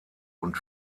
und